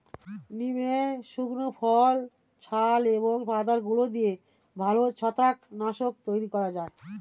নিমের শুকনো ফল, ছাল এবং পাতার গুঁড়ো দিয়ে ভালো ছত্রাক নাশক তৈরি করা যায়